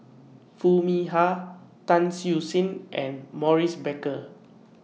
Foo Mee Har Tan Siew Sin and Maurice Baker